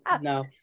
no